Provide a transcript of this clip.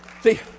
See